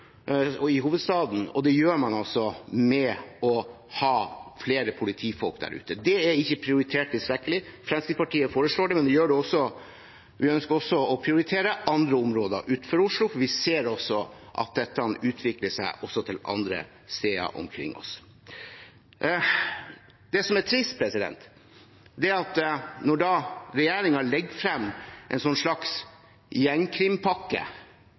hovedstaden vår, ved å ha flere politifolk der ute. Det er ikke tilstrekkelig prioritert. Fremskrittspartiet foreslår det, men vi ønsker også å prioritere andre områder, utenfor Oslo. Vi ser at dette utvikler seg også andre steder rundt oss. Det som er trist, er at når regjeringen legger frem en slags gjengkrimpakke,